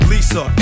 Lisa